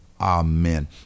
Amen